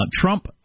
Trump